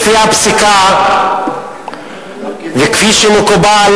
לפי הפסיקה וכפי שמקובל,